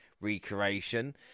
recreation